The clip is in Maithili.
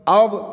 आब